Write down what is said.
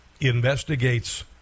investigates